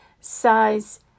size